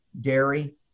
dairy